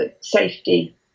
safety